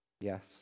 Yes